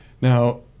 Now